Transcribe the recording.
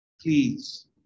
Please